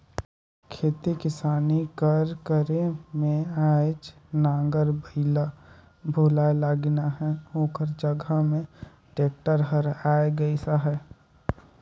खेती किसानी कर करे में आएज नांगर बइला भुलाए लगिन अहें ओकर जगहा में टेक्टर हर आए गइस अहे